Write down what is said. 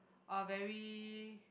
are very